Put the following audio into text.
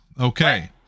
Okay